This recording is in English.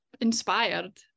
inspired